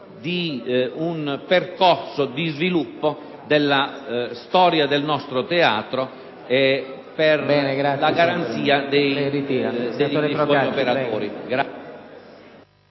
per preservare lo sviluppo della storia del nostro teatro e per la garanzia dei suoi operatori.